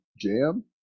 jam